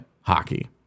hockey